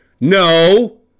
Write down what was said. No